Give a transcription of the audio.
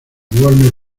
warner